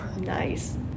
Nice